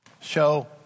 Show